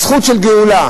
הזכות של גאולה,